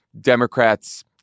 Democrats